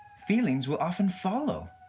feelings will often follow.